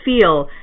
feel